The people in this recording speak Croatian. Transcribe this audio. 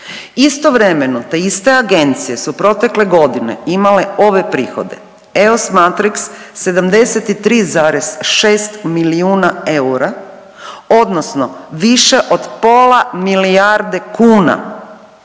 Istovremeno te iste agencije su protekle godine imale ove prihode, EOS Matrix 73,6 milijuna eura, odnosno više od pola milijarde kuna,